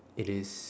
it is